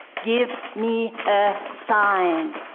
give me a sign.